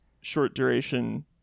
short-duration